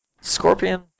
Scorpion